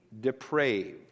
depraved